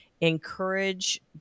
encourage